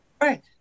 Right